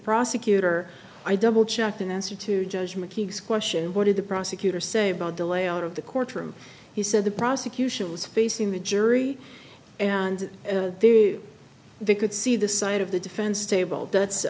prosecutor i doublechecked in answer to judge mckeague question what did the prosecutor say about the layout of the courtroom he said the prosecution was facing the jury and they could see this side of the defense table that's